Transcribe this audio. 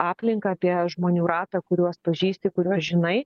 aplinką apie žmonių ratą kuriuos pažįsti kuriuos žinai